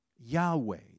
Yahweh